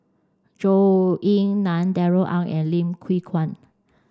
Zhou Ying Nan Darrell Ang and Lim Kew Kuan